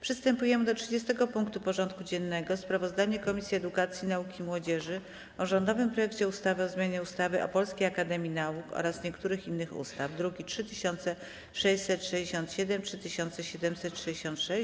Przystępujemy do rozpatrzenia punktu 30. porządku dziennego: Sprawozdanie Komisji Edukacji, Nauki i Młodzieży o rządowym projekcie ustawy o zmianie ustawy o Polskiej Akademii Nauk oraz niektórych innych ustaw (druki nr 3667 i 3766)